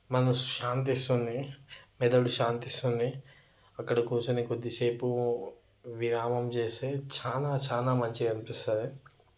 మనశ్శాంతిస్తుంది మెదడు శాంతిస్తుంది అక్కడ కూర్చొని కొద్దిసేపు విరామం చేస్తే చాలా చాలా మంచిగా అనిపిస్తుంది